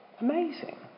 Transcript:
Amazing